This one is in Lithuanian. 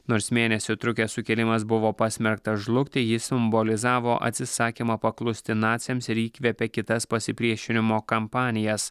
nors mėnesį trukęs sukilimas buvo pasmerktas žlugti jis simbolizavo atsisakymą paklusti naciams ir įkvėpė kitas pasipriešinimo kampanijas